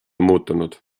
muutunud